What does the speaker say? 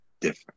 different